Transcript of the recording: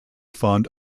fund